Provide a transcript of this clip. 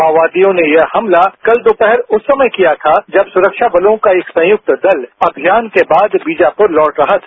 माओवादियों ने यह हमला कल दोपहर उस समय किया था जब सुरक्षाबलों का एक संयुक्त दल अभियान के बाद बीजापुर लौट रहा था